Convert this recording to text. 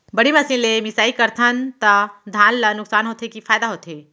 बड़ी मशीन ले मिसाई करथन त धान ल नुकसान होथे की फायदा होथे?